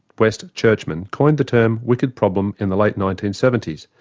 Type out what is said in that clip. west churchman coined the term wicked problem in the late nineteen seventy s.